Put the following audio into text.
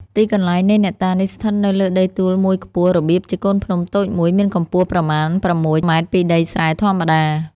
ទីកន្លែងនៃអ្នកតានេះ ស្ថិតនៅលើដីទួលមួយខ្ពស់ របៀបជាកូនភ្នំតូចមួយ មានកម្ពស់ប្រមាណ ៦.០០មពីដីស្រែធម្មតា